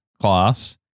class